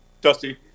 Dusty